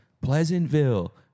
Pleasantville